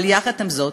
אבל יחד עם זאת,